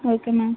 okay ma'am